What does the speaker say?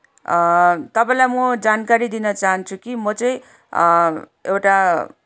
तपाईँलाई म जानकारी दिन चाहन्छु कि म चाहिँ एउटा